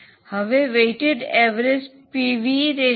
હવે weight average PV 0